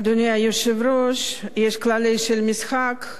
אדוני היושב-ראש, יש כללים של משחק.